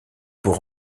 pour